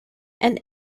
and